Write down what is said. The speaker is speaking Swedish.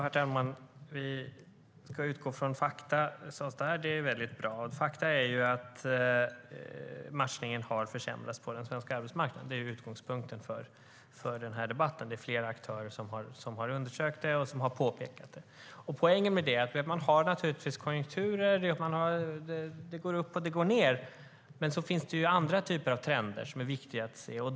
Herr talman! Vi får utgå från fakta, sades det här. Det är bra. Fakta är att matchningen på den svenska arbetsmarknaden har försämrats. Det är utgångspunkten för den här debatten. Det är flera aktörer som har undersökt det och påpekat det. Poängen med det: Det finns naturligtvis konjunkturer, och de går upp och ned, men det finns andra typer av trender som är viktiga att se.